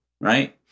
right